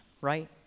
right